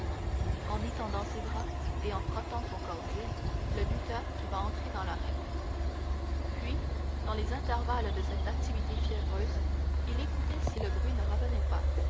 en étendant ses bras et en frottant son corps d'huile le lutteur qui va entrer dans l'arène puis dans les intervalles de cette activité fiévreuse il écoutait si le bruit ne revenait pas